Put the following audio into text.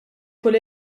kull